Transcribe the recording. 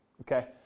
okay